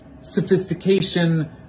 sophistication